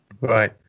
right